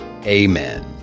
Amen